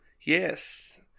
Yes